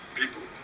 people